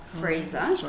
freezer